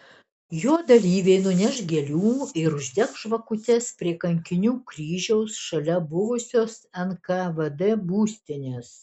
jo dalyviai nuneš gėlių ir uždegs žvakutes prie kankinių kryžiaus šalia buvusios nkvd būstinės